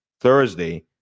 Thursday